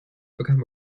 become